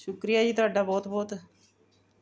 ਸ਼ੁਕਰੀਆ ਜੀ ਤੁਹਾਡਾ ਬਹੁਤ ਬਹੁਤ